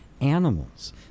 animals